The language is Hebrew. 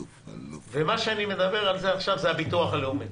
ומה שאני מדבר עליו עכשיו זה הביטוח הלאומי.